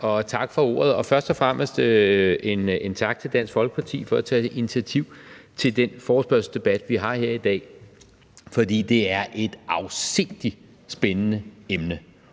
Tak for ordet, og først og fremmest en tak til Dansk Folkeparti for at tage initiativ til den forespørgselsdebat, vi har her i dag, fordi det er et afsindig spændende emne